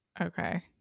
Okay